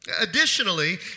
Additionally